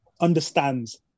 understands